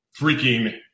freaking